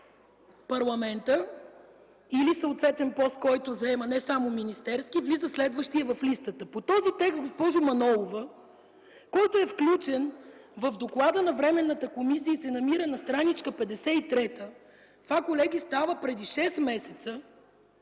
парламента или съответен пост, който заема, не само министерски, влиза следващият в листата. По този текст, госпожо Манолова, който е включен в доклада на Временната комисия и се намира на стр. 53, това, колеги, става преди шест месеца,